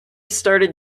started